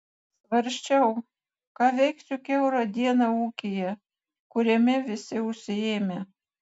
svarsčiau ką veiksiu kiaurą dieną ūkyje kuriame visi užsiėmę